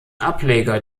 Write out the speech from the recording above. ableger